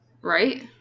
Right